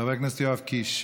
חבר הכנסת יואב קיש,